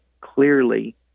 clearly